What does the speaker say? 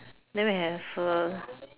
then we have a